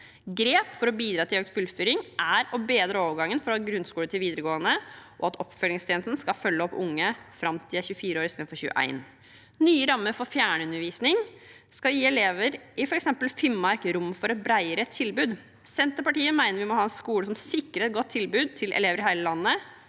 Grep for å bidra til økt fullføring er å bedre overgangen fra grunnskole til videregående og at oppfølgingstjenesten skal følge opp unge fram til de er 24 år, istedenfor til 21 år, som nå. Nye rammer for fjernundervisning skal gi elever i f.eks. Finnmark rom for et bredere tilbud. Senterpartiet mener vi må ha en skole som sikrer et godt tilbud til elever i hele landet.